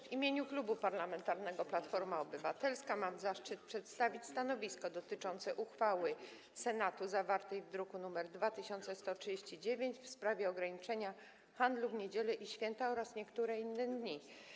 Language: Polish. W imieniu Klubu Parlamentarnego Platforma Obywatelska mam zaszczyt przedstawić stanowisko dotyczące uchwały Senatu, zawartej w druku nr 2139, w sprawie ustawy o ograniczeniu handlu w niedziele i święta oraz w niektóre inne dni.